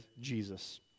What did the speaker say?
Jesus